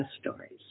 Stories